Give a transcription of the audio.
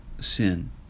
sin